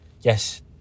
Yes